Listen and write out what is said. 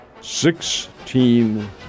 Sixteen